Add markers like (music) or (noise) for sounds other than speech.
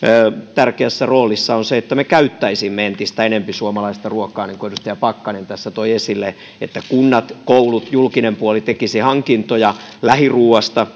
tärkeässä roolissa on myös se että me käyttäisimme entistä enempi suomalaista ruokaa niin kuin edustaja pakkanen tässä toi esille että kunnat koulut ja muu julkinen puoli tekisivät hankintoja lähiruuasta (unintelligible)